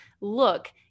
look